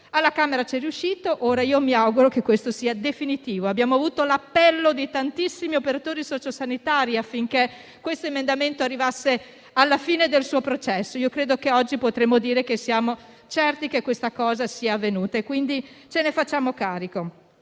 Alla Camera ci sono riusciti e ora mi auguro che sia definitivo. Abbiamo recepito l'appello di tantissimi operatori sociosanitari, affinché questo emendamento arrivasse alla fine del suo processo. Oggi possiamo dire che siamo certi che questa cosa è avvenuta e ce ne facciamo carico.